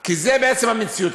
כי זאת בעצם המציאות,